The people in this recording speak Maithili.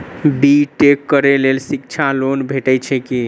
बी टेक करै लेल शिक्षा लोन भेटय छै की?